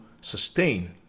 sustain